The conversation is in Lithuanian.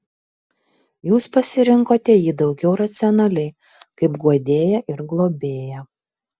jūs pasirinkote jį daugiau racionaliai kaip guodėją ir globėją